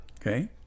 Okay